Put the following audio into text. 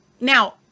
now